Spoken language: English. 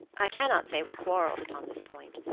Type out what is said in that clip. i cannot say we quarreled upon this point,